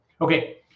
Okay